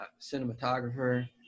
cinematographer